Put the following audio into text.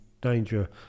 danger